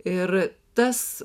ir tas